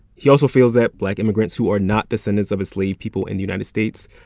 he also feels that black immigrants who are not descendants of enslaved people in the united states,